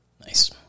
Nice